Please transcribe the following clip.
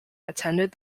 attended